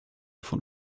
von